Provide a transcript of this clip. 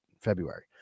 February